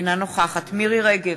אינה נוכחת מירי רגב,